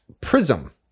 Prism